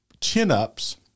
chin-ups